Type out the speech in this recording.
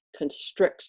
constricts